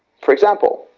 for example,